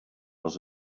was